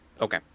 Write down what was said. Okay